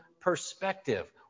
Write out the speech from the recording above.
perspective